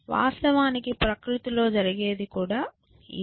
వాస్తవానికి ప్రకృతిలో జరిగేది కూడా ఇదే